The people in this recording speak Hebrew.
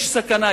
יש סכנה,